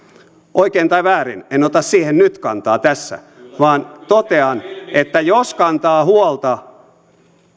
oikein tai väärin en ota siihen nyt kantaa tässä vaan totean että jos kantaa huolta